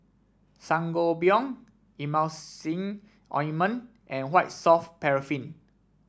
Sangobion Emulsying Ointment and White Soft Paraffin